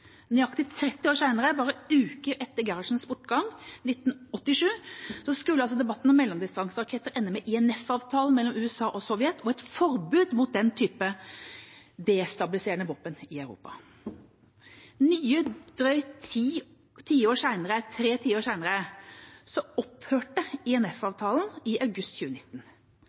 Nøyaktig 30 år senere, bare uker etter Gerhardsens bortgang, 1987, skulle altså debatten om mellomdistanseraketter ende med INF-avtalen mellom USA og Sovjet og et forbud mot den typen destabiliserende våpen i Europa. Drøyt tre tiår senere opphørte INF-avtalen, i august 2019.